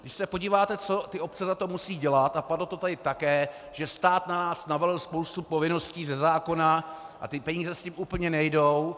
Když se podíváte, co ty obce za to musí dělat a padlo to tady také, že stát na nás navalil spoustu povinností ze zákona a ty peníze s tím úplně nejdou.